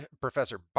Professor